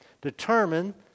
determine